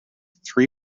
three